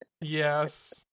Yes